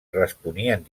responien